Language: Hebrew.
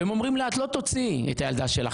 ואומרים לה: את לא תוציאו את הילדה שלך.